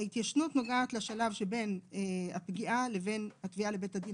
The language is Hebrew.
ההתיישנות נוגעת לשלב שבין הפגיעה לבין התביעה לבית הדין